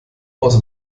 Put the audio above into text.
aus